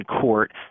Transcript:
court